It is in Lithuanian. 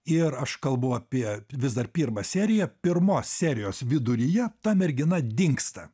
ir aš kalbu apie vis dar pirmą seriją pirmos serijos viduryje ta mergina dingsta